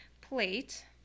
plate